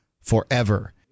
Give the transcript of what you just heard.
forever